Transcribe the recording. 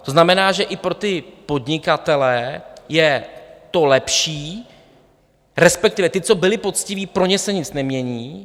To znamená, že i pro ty podnikatele je to lepší, respektive ti, co byli poctiví, pro ně se nic nemění.